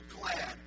glad